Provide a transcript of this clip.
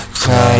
cry